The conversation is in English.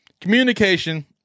Communication